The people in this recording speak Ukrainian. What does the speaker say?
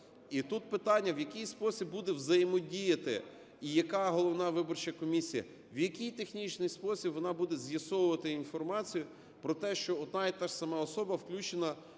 І тут питання, в який спосіб буде взаємодіяти і яка головна виборча комісія, в який технічний спосіб вона буде з'ясовувати інформацію про те, що одна і та ж сама особа включена